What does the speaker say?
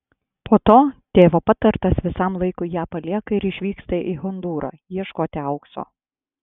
po to tėvo patartas visam laikui ją palieka ir išvyksta į hondūrą ieškoti aukso